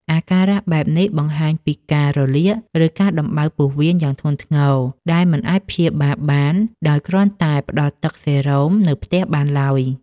អាការៈបែបនេះបង្ហាញពីការរលាក ឬការដំបៅពោះវៀនយ៉ាងធ្ងន់ធ្ងរ ដែលមិនអាចព្យាបាលបានដោយគ្រាន់តែផ្តល់ទឹកសេរ៉ូម នៅផ្ទះបានឡើយ។